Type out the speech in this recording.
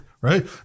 Right